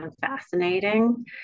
fascinating